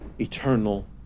eternal